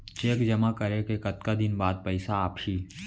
Cheque जेमा करें के कतका दिन बाद पइसा आप ही?